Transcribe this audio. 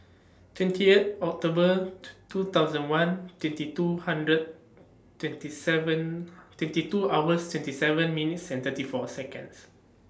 twenty eight October two two thousand one twenty two hundred twenty seven twenty two hours twenty seven minutes thirty four Seconds